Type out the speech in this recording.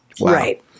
Right